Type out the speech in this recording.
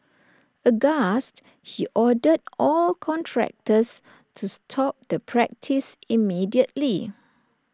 aghast he ordered all contractors to stop the practice immediately